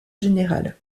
général